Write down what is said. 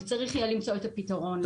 וצריך יהיה למצוא את הפתרון לזה.